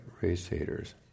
race-haters